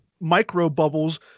micro-bubbles